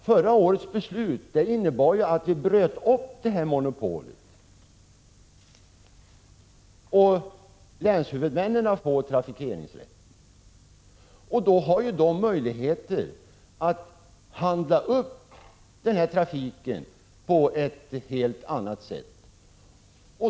Förra årets beslut innebar att vi bröt upp detta monopol och att länshuvudmännen fick trafikeringsrätt. Då har de möjlighet att upphandla den här trafiken på ett helt annat sätt.